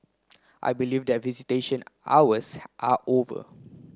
I believe that visitation hours are over